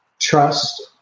Trust